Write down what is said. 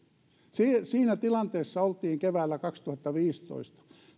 siinä tilanteessa oltiin keväällä kaksituhattaviisitoista